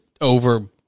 over